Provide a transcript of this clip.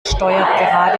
steuert